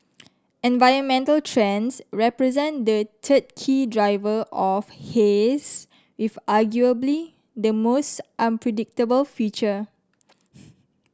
environmental trends represent the third key driver of haze with arguably the most unpredictable future